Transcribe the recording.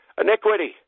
Iniquity